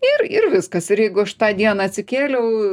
ir ir viskas ir jeigu aš tą dieną atsikėliau